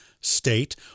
state